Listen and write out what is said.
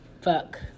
Fuck